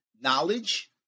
knowledge